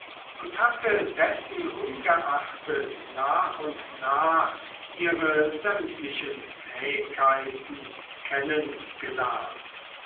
und hatte dessenungeachtet nach und nach ihre sämtlichen fähigkeiten